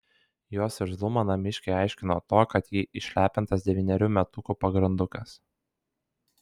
jos irzlumą namiškiai aiškino tuo kad ji išlepintas devynerių metukų pagrandukas